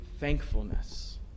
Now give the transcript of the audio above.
Thankfulness